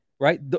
Right